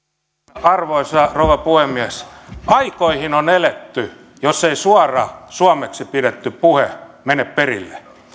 arvoisa rouva puhemies aikoihin on eletty jos ei suora suomeksi pidetty puhe mene perille